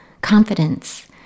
confidence